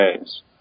ways